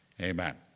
amen